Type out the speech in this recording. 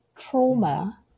trauma